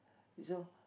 so